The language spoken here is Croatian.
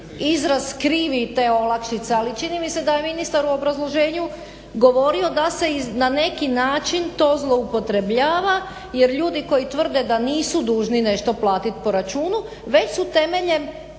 izraz krivi te olakšica, ali čini mi se da je ministar u obrazloženju govorio da se na neki način to zloupotrebljava jer ljudi koji tvrde da nisu dužni nešto platit po računu, već su temeljem